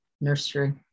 nursery